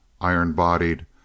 iron-bodied